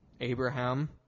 abraham